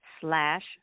slash